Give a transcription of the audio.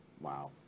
wow